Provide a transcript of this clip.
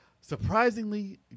surprisingly